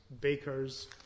bakers